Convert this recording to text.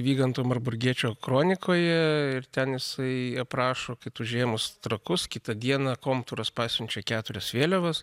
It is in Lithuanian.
vyganto marburgiečio kronikoje ir ten jisai aprašo kad užėmus trakus kitą dieną komtūras pasiunčia keturias vėliavas